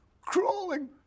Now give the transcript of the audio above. crawling